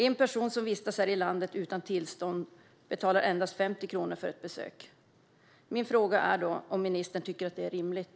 En person som vistas här i landet utan tillstånd betalar endast 50 kronor för ett besök. Min fråga är: Tycker ministern att detta är rimligt?